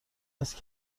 است